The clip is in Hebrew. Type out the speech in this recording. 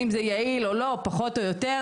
שחיתות זה גם מינהל לא תקין וגם פגיעה בטוהר המידות,